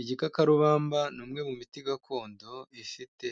Igikakarubamba ni umwe mu miti gakondo ifite